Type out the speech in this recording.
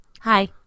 Hi